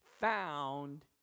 found